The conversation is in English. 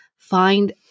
find